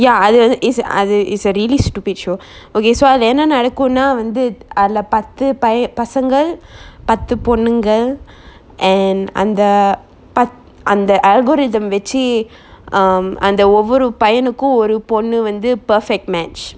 ya அது அது:athu athu is அது:athu is a really stupid show okay so அதுல என்ன நடக்கும்னா வந்து அதுல பத்து பைய~ பசங்கள் பத்து பொண்ணுங்கள்:athula enna nadakkumna vanthu athula pathu paiya~ pasankal pathu ponnungal and அந்த பத்~ அந்த:antha path~ antha algorithm வச்சி:vachi um அந்த ஒவ்வொரு பையனுக்கும் ஒரு பொண்ணு வந்து:antha ovvoru paiyanukkum oru ponnu vanthu perfect match